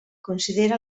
considera